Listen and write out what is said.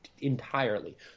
entirely